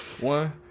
One